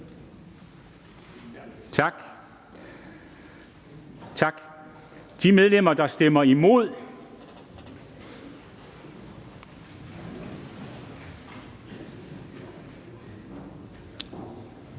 sig. Tak. De medlemmer, der stemmer imod,